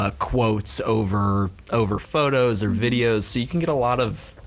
ah quotes over over photos or videos. so you can get a lot of